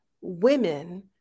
women